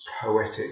poetic